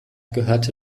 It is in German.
gehörte